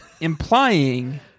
implying